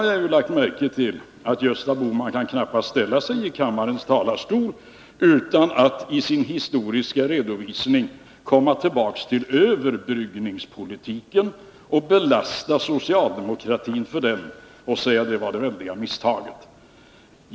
Jag har lagt märke till att Gösta Bohman knappast kan ställa sig i kammarens talarstol utan att i sin historiska redovisning komma tillbaka till överbryggningspolitiken, lasta socialdemokratin för den och säga att den var det väldiga misstaget.